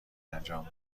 انجام